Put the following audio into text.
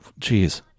Jeez